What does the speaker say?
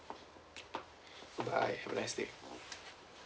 goodbye have a nice day